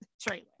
trailer